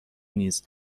نیز